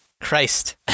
Christ